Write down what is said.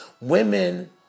women